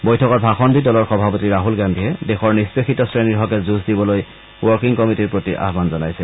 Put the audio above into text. বৈঠকত ভাষণ দি দলৰ সভাপতি ৰাছল গান্ধীয়ে দেশৰ নিষ্পেষিত শ্ৰেণীৰ হকে যুঁজ দিবলৈ ৱৰ্কিং কমিটীৰ প্ৰতি আহান জনাইছে